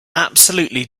absolutely